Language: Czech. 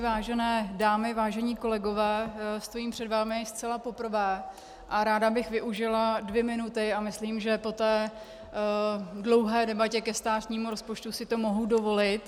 Vážené dámy, vážení kolegové, stojím před vámi zcela poprvé a ráda bych využila dvě minuty a myslím, že po té dlouhé debatě ke státnímu rozpočtu si to mohu dovolit.